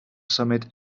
symud